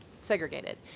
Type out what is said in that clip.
segregated